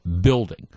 building